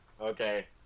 Okay